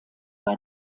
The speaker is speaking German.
bei